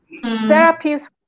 Therapies